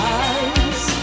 eyes